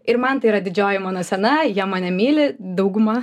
ir man tai yra didžioji mano scena jie mane myli dauguma